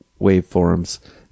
waveforms